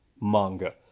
manga